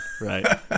Right